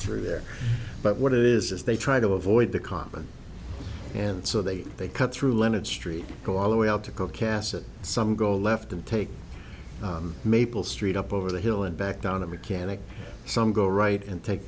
through there but what it is is they try to avoid the convent and so they they cut through leonard street go all the way out to go cassatt some go left and take maple street up over the hill and back down a mechanic some go right and take